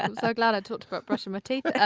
and so glad i talked about brushing my teeth.